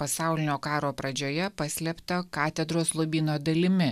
pasaulinio karo pradžioje paslėpta katedros lobyno dalimi